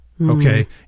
Okay